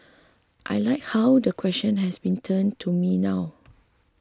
I like how the question has been turned to me now